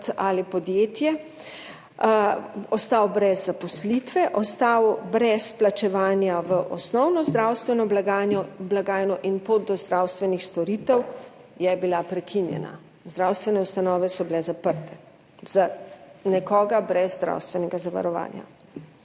ali podjetje, ostal brez zaposlitve, ostal brez plačevanja v osnovno zdravstveno blagajno in pot do zdravstvenih storitev je bila prekinjena, zdravstvene ustanove so bile zaprte za nekoga brez zdravstvenega zavarovanja.